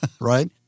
Right